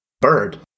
Bird